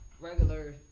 regular